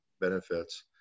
benefits